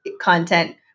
content